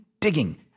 digging